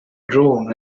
drawn